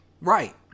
Right